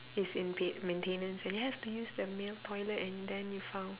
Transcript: is in paid maintenance and you have to use the male toilet and then you found